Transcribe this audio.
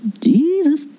Jesus